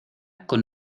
con